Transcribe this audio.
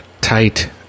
tight